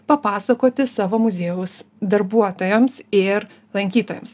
papasakoti savo muziejaus darbuotojams ir lankytojams